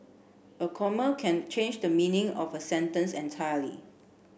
a comma can change the meaning of a sentence entirely